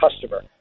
customer